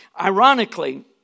Ironically